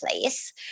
place